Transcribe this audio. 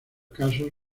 casos